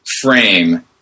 frame